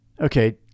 okay